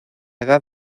edad